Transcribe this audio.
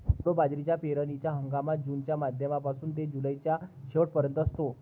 कोडो बाजरीचा पेरणीचा हंगाम जूनच्या मध्यापासून ते जुलैच्या शेवट पर्यंत असतो